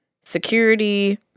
security